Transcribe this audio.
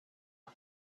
not